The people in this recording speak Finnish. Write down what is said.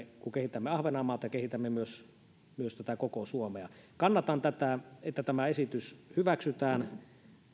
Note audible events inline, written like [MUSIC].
[UNINTELLIGIBLE] kun kehitämme ahvenanmaata niin kehitämme myös myös tätä koko suomea kannatan tätä että tämä esitys hyväksytään